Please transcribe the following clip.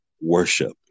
worship